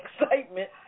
excitement